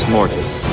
Mortis